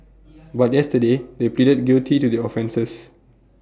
but yesterday they pleaded guilty to their offences